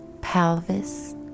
pelvis